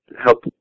help